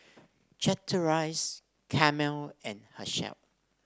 Chateraise Camel and Herschel